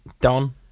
don